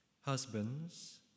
Husbands